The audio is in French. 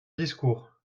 discours